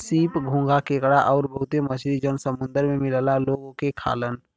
सीप, घोंघा केकड़ा आउर बहुते मछरी जौन समुंदर में मिलला लोग ओके खालन